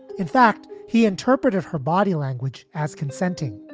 in fact, he interpretive her body language as consenting.